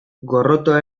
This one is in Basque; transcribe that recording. gorrotoa